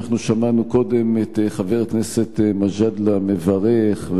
שמענו קודם את חבר הכנסת מג'אדלה מברך,